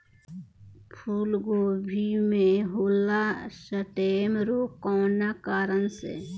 फूलगोभी में होला स्टेम रोग कौना कारण से?